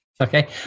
Okay